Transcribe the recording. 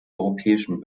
europäischen